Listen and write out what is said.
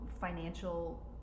financial